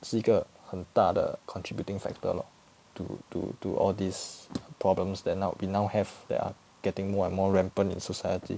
是一个很大的 contributing factor lor to to to all these problems that now we now have that are getting more and more rampant in society